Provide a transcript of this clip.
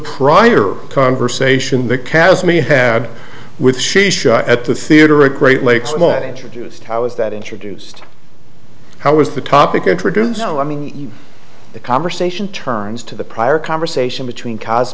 prior conversation the cast me had with at the theater a great lakes mind introduced how was that introduced how was the topic introduced so i mean the conversation turns to the prior conversation between cause